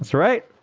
right